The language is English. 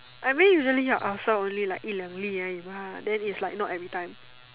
I mean usually your ulcer only like 一两粒而已吗 then it's like not every time